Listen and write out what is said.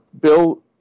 Bill